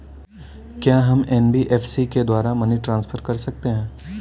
क्या हम एन.बी.एफ.सी के द्वारा मनी ट्रांसफर कर सकते हैं?